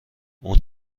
اون